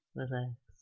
Relax